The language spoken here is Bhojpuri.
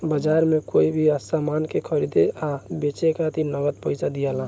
बाजार में कोई भी सामान के खरीदे आ बेचे खातिर नगद पइसा दियाला